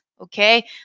Okay